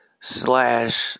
slash